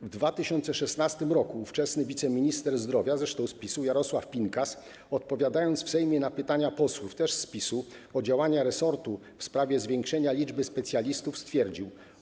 W 2016 r. ówczesny wiceminister zdrowia, zresztą z PiS-u, Jarosław Pinkas, odpowiadając w Sejmie na pytania posłów, też z PiS-u, o działania resortu w sprawie zwiększenia liczby specjalistów, stwierdził: